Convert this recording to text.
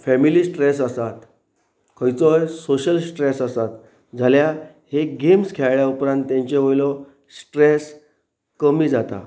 family stress आसात खंयचोय social stress आसात जाल्या हे गेम्स खेळ्ळे उपरांत तेंचे वयलो स्ट्रेस कमी जाता